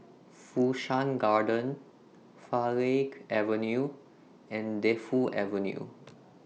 Fu Shan Garden Farleigh Avenue and Defu Avenue